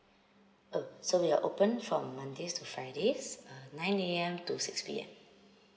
oh so we're open from mondays to fridays uh nine A_M to six P_M